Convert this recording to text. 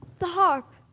the harp,